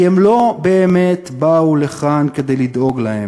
כי הם לא באמת באו לכאן כדי לדאוג להם.